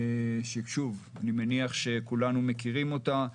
שאני מניח שכולנו מכירים אותה,